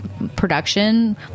Production